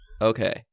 Okay